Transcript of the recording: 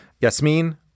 Yasmin